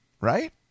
right